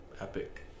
epic